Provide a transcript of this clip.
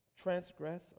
transgress